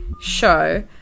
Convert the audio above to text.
show